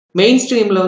mainstream